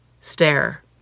stare